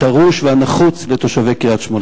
הדרוש והנחוץ לתושבי קריית-שמונה.